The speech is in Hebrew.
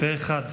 פה אחד,